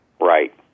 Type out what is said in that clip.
Right